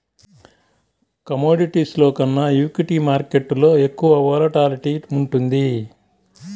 కమోడిటీస్లో కన్నా ఈక్విటీ మార్కెట్టులో ఎక్కువ వోలటాలిటీ ఉంటుంది